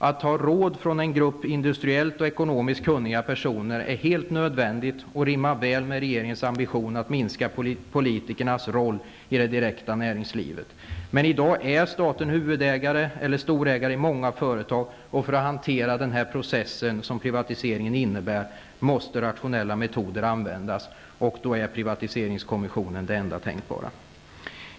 Att ta råd av en grupp industriellt och ekonomiskt kunniga personer är helt nödvändigt och rimmar väl med regeringens ambition att minska politikernas roll i det direkta näringslivet. Men i dag är staten huvudägare eller storägare i många företag, och för att hantera den process som privatiseringen innebär måste rationella metoder användas. Och då är privatiseringskommissionen det enda tänkbara.